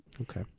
Okay